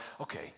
okay